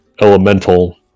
elemental